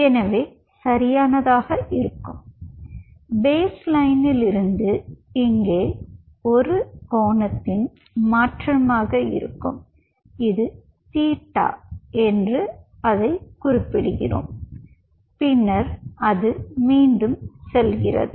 எனவே சரியாக இருக்கும் எனவே பேஸ் லைன்லிருந்து இங்கே ஒரு கோணத்தின் மாற்றமாக இருக்கும் இது தீட்டா மூலம் அதைக் குறிக்கிறோம் பின்னர் அது மீண்டும் செல்கிறது